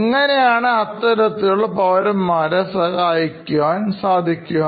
എങ്ങനെയാണ് അത്തരത്തിലുള്ള ആളുകൾ സഹായിക്കാൻ സാധിക്കുക